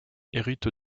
hérite